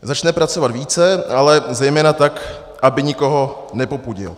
Začne pracovat více, ale zejména tak, aby nikoho nepopudil.